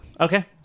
Okay